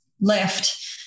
left